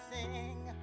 sing